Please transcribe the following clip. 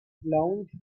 lounge